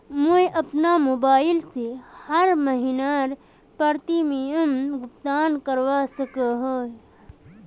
मुई अपना मोबाईल से हर महीनार प्रीमियम भुगतान करवा सकोहो ही?